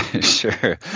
Sure